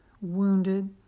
wounded